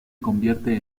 convierte